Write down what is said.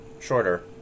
shorter